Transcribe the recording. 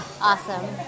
Awesome